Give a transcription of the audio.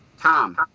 Tom